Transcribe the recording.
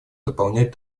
дополнять